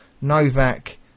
Novak